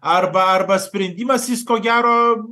arba arba sprendimas jis ko gero